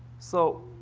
so,